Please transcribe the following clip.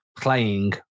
playing